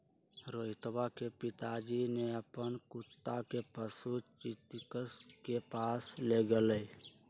रोहितवा के पिताजी ने अपन कुत्ता के पशु चिकित्सक के पास लेगय लय